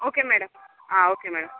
okay madam ఆ okay madam